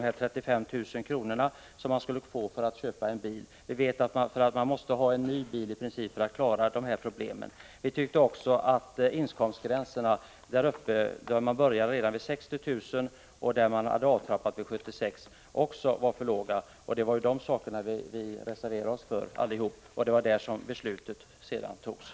35 000 kr. skulle man få för att köpa en bil. Men vi vet att man i princip måste ha en ny bil för att klara problemen. Vi tyckte också att inkomstgränserna — 60 000 kr. med avtrappning vid 76 000 — var på för låg nivå. Det var dessa saker som vi reserverade oss för. Det var detta beslutet gällde.